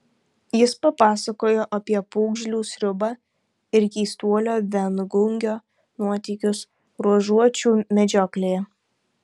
jis papasakojo apie pūgžlių sriubą ir keistuolio viengungio nuotykius ruožuočių medžioklėje